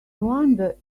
wonder